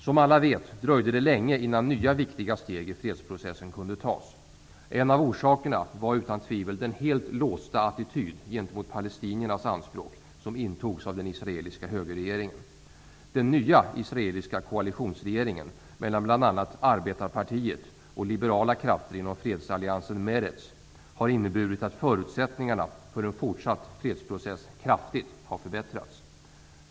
Som alla vet dröjde det länge innan nya viktiga steg i fredsprocessen kunde tas. En av orsakerna var utan tvivel den helt låsta attityd gentemot palestiniernas anspråk som intogs av den israeliska högerregeringen. Tillkomsten av den nya israeliska koalitionsregeringen med ledamöter från bl.a. arbetarpartiet och liberala krafter inom fredsalliansen Meretz har inneburit att förutsättningarna för en fortsatt fredsprocess kraftigt har förbättrats.